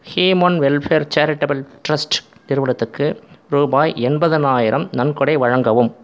He-Man welfare charitable trust நிறுவனத்துக்கு ரூபாய் எண்பதினாயிரம் நன்கொடை வழங்கவும்